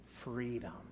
Freedom